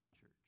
church